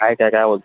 काय त्या काय